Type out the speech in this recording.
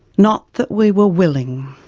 not that we were willing.